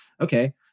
Okay